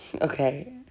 Okay